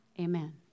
Amen